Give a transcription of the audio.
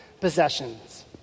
possessions